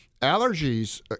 Allergies